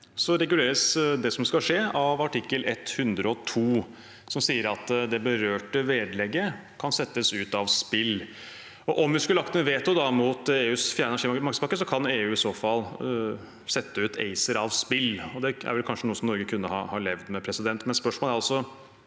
reguleres det som skal skje, av artikkel 102, som sier at det berørte vedlegget kan settes ut av spill. Om vi skulle lagt ned veto mot EUs fjerde energimarkedspakke, kan EU i så fall sette ACER ut av spill, og det er vel kanskje noe Norge kunne ha levd med. Men spørsmålet er altså: